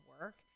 work